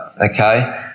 okay